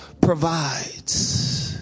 provides